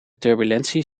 turbulentie